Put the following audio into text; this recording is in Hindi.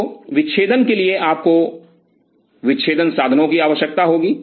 तो विच्छेदन के लिए आपको विच्छेदन साधनों की आवश्यकता होगी